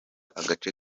agace